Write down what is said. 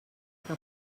que